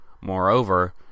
Moreover